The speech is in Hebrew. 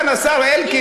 עד המילימטר האחרון,